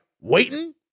waiting